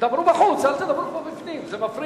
תדברו בחוץ, אל תדברו פה בפנים, זה מפריע.